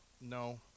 no